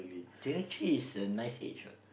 twenty three is a nice age what